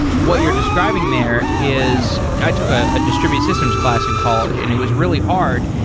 what you're describing there is i took a distributed systems class in college and it was really hard,